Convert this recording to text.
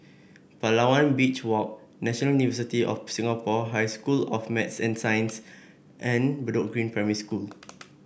Palawan Beach Walk National University of Singapore High School of Math and Science and Bedok Green Primary School